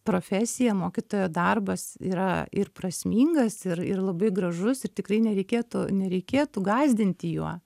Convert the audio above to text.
profesija mokytojo darbas yra ir prasmingas ir ir labai gražus ir tikrai nereikėtų nereikėtų gąsdinti juo